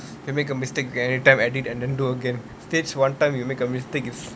you make a mistake anytime edit and then do again stage one time you make a mistake is